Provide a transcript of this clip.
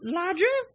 larger